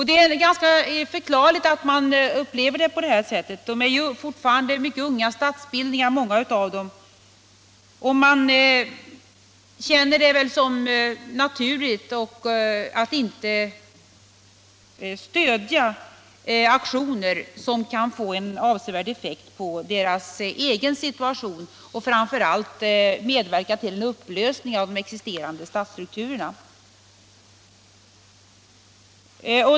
Det är ganska förklarligt att man upplever det på det här sättet. Många av statsbildningarna är ju fortfarande mycket unga. Man känner det väl som naturligt att inte stödja aktioner som kan få avsevärd effekt på deras egen situation och framför allt medverka till en upplösning av de existerande statsstrukturerna.